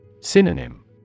Synonym